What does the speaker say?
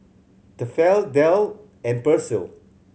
Tefal Dell and Persil